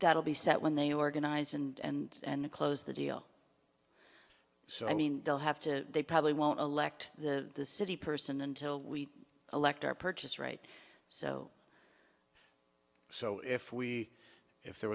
that'll be set when they organize and close the deal so i mean they'll have to they probably won't elect the the city person until we elect our purchase right so so if we if there